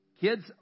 kids